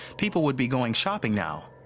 people would be going shopping now